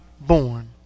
born